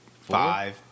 five